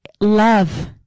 love